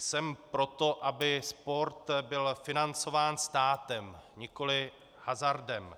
Jsem pro to, aby sport byl financován státem, nikoli hazardem.